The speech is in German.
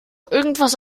irgendetwas